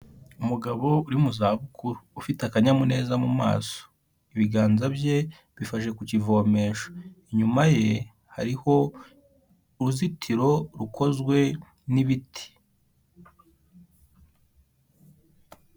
Umugabo uri mu zabukuru ufite akanyamuneza mu maso, ibiganza bye bifashe ku kivomesha inyuma ye hariho uruzitiro rukozwe n'ibiti.